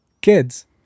kids